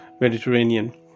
mediterranean